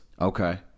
Okay